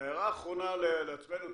ההערה האחרונה לעצמנו.